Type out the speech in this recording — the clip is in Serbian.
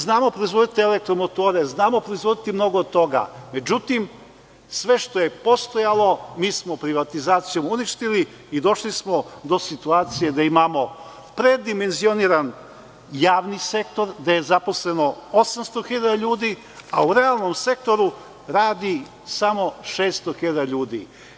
Znamo proizvoditi elektromotore, znamo proizvoditi mnogo toga, međutim, sve što je postojalo, mi smo privatizacijom uništili i došli smo do situacije da imamo predimenzioniran javni sektor, gde je zaposleno 800 hiljada ljudi, a u realnom sektoru radi samo 600 hiljada ljudi.